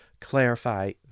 clarify